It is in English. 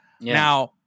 Now